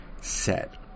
set